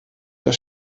der